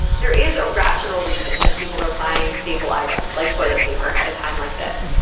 there is a rational reason that people are buying staple items like toilet paper at a time like this.